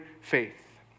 faith